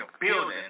building